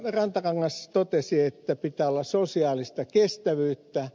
rantakangas totesi että pitää olla sosiaalista kestävyyttä